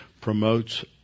promotes